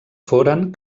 foren